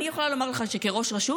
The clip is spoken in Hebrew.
אני יכולה לומר לך שכראש רשות,